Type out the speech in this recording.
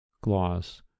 Gloss